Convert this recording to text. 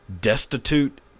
destitute